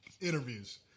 interviews